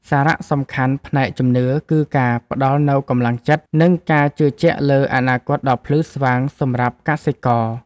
សារៈសំខាន់ផ្នែកជំនឿគឺការផ្ដល់នូវកម្លាំងចិត្ត និងការជឿជាក់លើអនាគតដ៏ភ្លឺស្វាងសម្រាប់កសិករ។